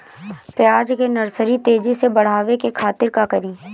प्याज के नर्सरी तेजी से बढ़ावे के खातिर का करी?